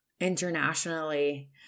Internationally